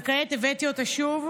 וכעת הבאתי אותה שוב,